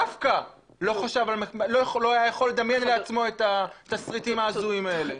קפקא לא היה יכול לדמיין לעצמו את התסריטים ההזויים האלה.